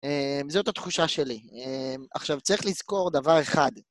אמ... זאת התחושה שלי. אמ... עכשיו, צריך לזכור דבר אחד.